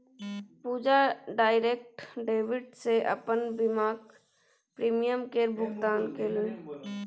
पूजा direct debit सँ अपन बीमाक प्रीमियम केर भुगतान केलनि